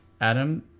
Adam